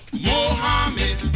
Mohammed